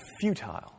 futile